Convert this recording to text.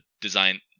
design